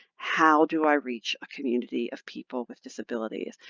how do i reach a community of people with disabilities?